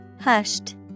Hushed